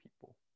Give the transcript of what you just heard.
people